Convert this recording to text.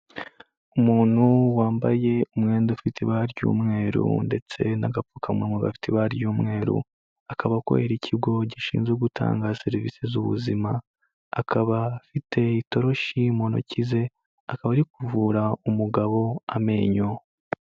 Umuntu wambaye umwenda ufite ibara ry'umweru ndetse n'agapfukamunwa gafite ibara ry'umweru, akaba akorera ikigo gishinzwe gutanga serivisi z'ubuzima, akaba afite itoroshi mu ntoki ze akaba ari kuvura umugabo amenyo.